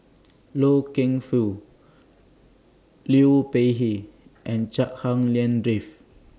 Loy Keng Foo Liu Peihe and Chua Hak Lien Dave